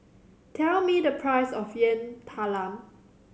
tell me the price of Yam Talam